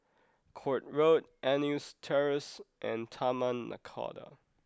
Court Road Eunos Terrace and Taman Nakhoda